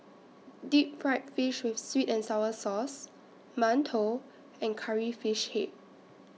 Deep Fried Fish with Sweet and Sour Sauce mantou and Curry Fish Head